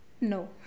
no